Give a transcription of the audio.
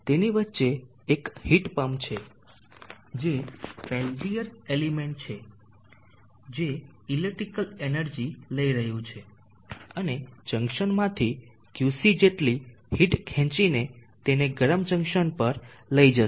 તેની વચ્ચે એક હીટ પમ્પ છે જે પેલ્ટીઅર એલિમેન્ટ છે જે ઇલેક્ટ્રિકલ એનર્જી લઈ રહ્યું છે અને જંકશનમાંથી QC જેટલી હીટ ખેંચીને તેને ગરમ જંકશન પર લઈ જશે